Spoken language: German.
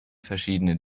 verschiedene